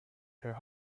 her